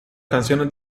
canciones